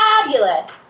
Fabulous